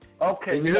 Okay